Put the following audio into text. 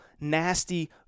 nasty